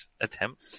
attempt